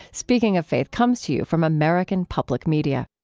speaking of faith comes to you from american public media